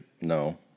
No